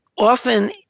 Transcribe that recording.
Often